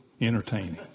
entertaining